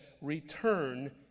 return